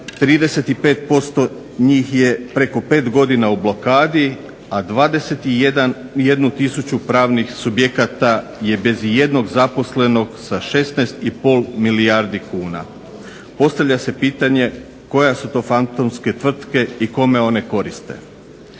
35% njih je preko pet godina u blokadi, a 21000 pravnih subjekata je bez i jednog zaposlenog sa 16 i pol milijardi kuna. Postavlja se pitanje koje su to fantomske tvrtke i kome one koriste.